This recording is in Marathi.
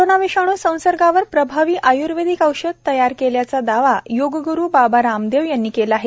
कोरोना विषाणू संसर्गावर प्रभावी आयूर्वेदिक औषध तयार केल्याचा दावा योगग्रू बाबा रामदेव यांनी केला आहे